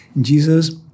Jesus